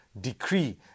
decree